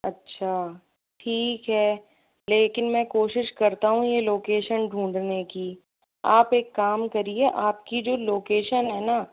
अच्छा ठीक है लेकिन मैं कोशिश करता हूँ यह लोकेशन ढूंढने की आप एक काम करिए आपकी जो लोकेशन है न